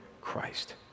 Christ